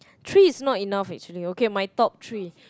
three is not enough actually okay my top three